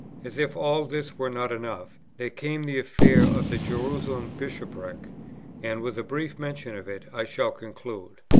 as if all this were not enough, there came the affair of the jerusalem bishopric and, with a brief mention of it, i shall conclude.